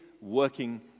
working